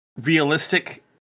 realistic